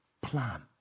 plan